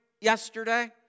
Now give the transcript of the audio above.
yesterday